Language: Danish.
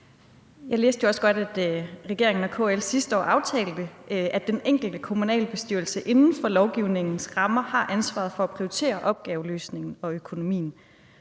Jeg læste jo også godt, at regeringen og KL sidste år aftalte, at den enkelte kommunalbestyrelse inden for lovgivningens rammer har ansvaret for at prioritere opgaveløsningen og økonomien.